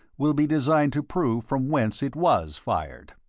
will be designed to prove from whence it was fired.